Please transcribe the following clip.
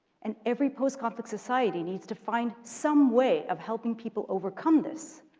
and every post conflict society needs to find some way of helping people overcome this,